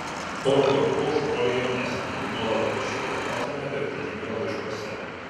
olga buvo už brolį jaunesnė ji nuolat rašydavo motinai apie vladimirą laiškuose